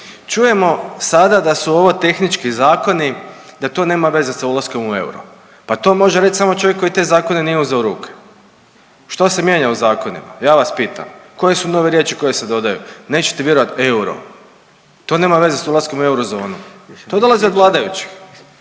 Čujemo sada da su ovo tehnički zakoni da to nema veze sa ulaskom u euro. Pa to može reći samo čovjek koji te zakone nije uzeo u ruke. Što se mijenja u zakonima ja vas pitam, koje su nove riječi koje se dodaju, nećete vjerovati euro. To nema veze s ulaskom u eurozonu. To dolazi od vladajućih.